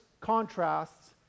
contrasts